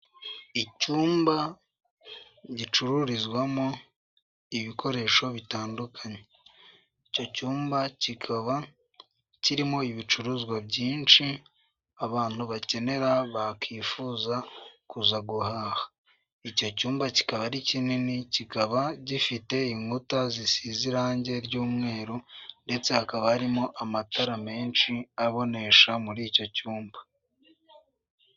Icyumba gicururizwamo ibikoresho bitandukanye. Icyo cyumba kikaba kirimo ibicuruzwa byinshi abantu bakenera bakwifuza kuza guhaha. Icyo cyumba kikaba ari kinini, kikaba gifite inkuta zisize irange ry'umweru, ndetse hakaba harimo amatara menshi abonesha muri icyo cyumba.